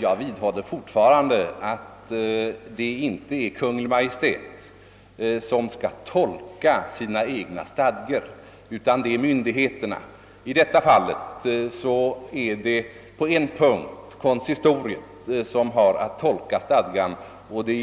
Jag vidhåller fortfarande att det inte är Kungl. Maj:t som skall tolka sina egna stadgar, utan det är myndigheterna. I detta fall är det konsistoriet som på en punkt har att tolka stadgan; det